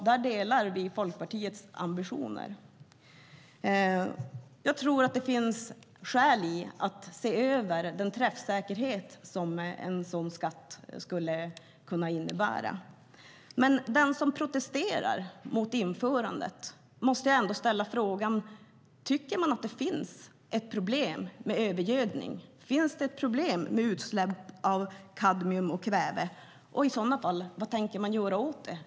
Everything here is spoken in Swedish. Där delar vi Folkpartiets ambitioner. Jag tror att det finns skäl att se över den träffsäkerhet som en sådan skatt skulle kunna innebära. Den som protesterar mot införandet måste ställa sig frågan om man tycker att det finns ett problem med övergödning, om det finns ett problem med utsläpp av kadmium och kväve, och vad man i så fall tänker göra åt det.